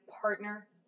partner